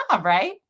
right